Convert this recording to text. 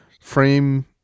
frame